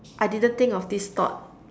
I didn't think of this thought